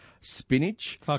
spinach